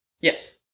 Yes